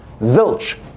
zilch